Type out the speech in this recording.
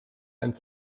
ein